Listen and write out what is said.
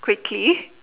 quickly